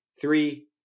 Three